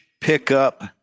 pickup